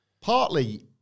partly